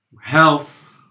health